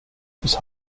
bis